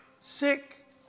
sick